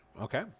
Okay